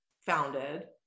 founded